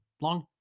long